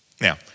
Now